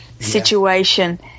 situation